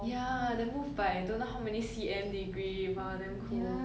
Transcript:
ya they move by I don't know how many C_M degree !wah! damn cool